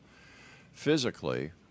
physically